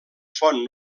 font